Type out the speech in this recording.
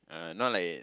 uh not like